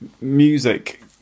music